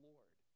Lord